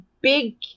big